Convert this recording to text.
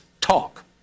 talk